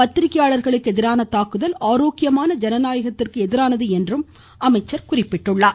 பத்திரிக்கையாளர்களுக்கு எதிரான தாக்குதல் ஆரோக்கியமான ஜனநாயகத்திற்கு எதிரானது என்றும் அவர் குறிப்பிட்டுள்ளார்